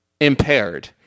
impaired